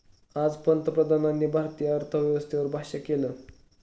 आज पंतप्रधानांनी भारतीय अर्थव्यवस्थेवर भाष्य केलं